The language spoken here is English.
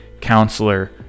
counselor